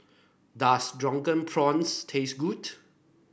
does Drunken Prawns taste good